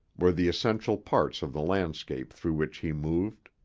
were the essential parts of the landscape through which he moved.